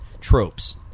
tropes